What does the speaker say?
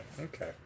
Okay